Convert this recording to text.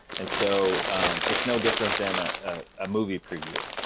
and so it's no different than a movie preview.